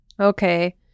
Okay